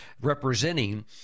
representing